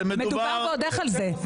מדובר ועוד איך על זה.